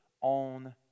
on